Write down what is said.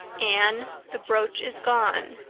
anne, the brooch is gone.